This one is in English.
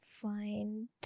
find